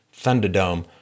thunderdome